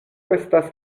estas